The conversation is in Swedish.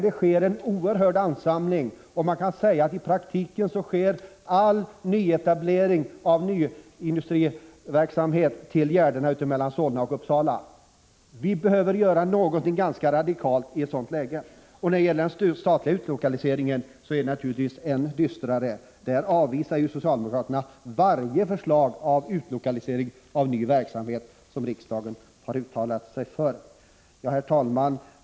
Det sker en oerhörd ansamling i Helsingforssområdet. Man kan säga att i praktiken sker all nyetablering av industriverksamhet på gärdena mellan Solna och Uppsala. I ett sådant läge behöver vi göra någonting ganska radikalt. När det gäller den statliga utlokaliseringen är läget ännu dystrare — socialdemokraterna avvisar varje förslag till utlokalisering av ny verksamhet, som riksdagen har uttalat sig för. Herr talman!